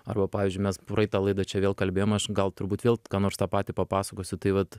arba pavyzdžiui mes praeitą laidą čia vėl kalbėjom gal turbūt vėl ką nors tą patį papasakosiu tai vat